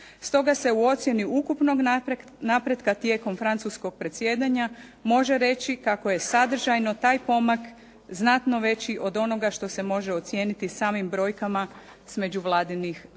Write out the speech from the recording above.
Stoga se u ocjeni ukupnog napretka tijekom francuskog predsjedanja može reći kako je sadržajno taj pomak znatno veći od onoga što se može ocijeniti samim brojkama s međuvladinih